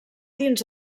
dins